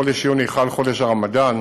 שבחודש יוני חל חודש הרמדאן,